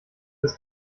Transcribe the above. ist